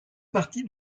partie